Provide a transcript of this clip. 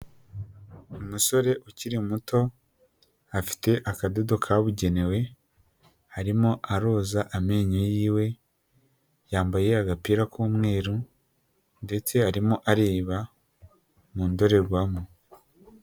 Umusore ukiri muto afite akadodo kabugenewe arimo aroza amenyo yiwe yambaye agapira k'umweru ndetse arimo areba mu ndorerwamo.